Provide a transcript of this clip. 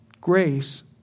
Grace